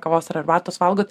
kavos ar arbatos valgot